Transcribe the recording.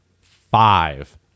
five